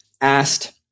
asked